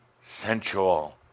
sensual